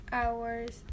hours